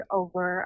over